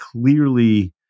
clearly